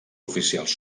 oficials